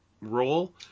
role